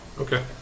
Okay